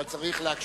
אבל צריך להקשיב.